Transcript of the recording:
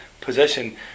position